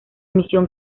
misión